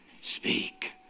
speak